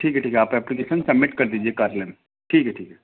ठीक है ठीक है आप एप्लिकेशन सम्मिट कर दीजिए कार्यालय में ठीक है ठीक है